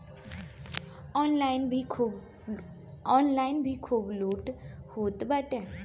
online भी खूब लूट होत बाटे